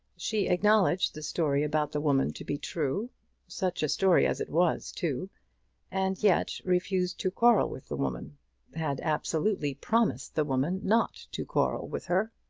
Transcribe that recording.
she acknowledged the story about the woman to be true such a story as it was too and yet refused to quarrel with the woman had absolutely promised the woman not to quarrel with her!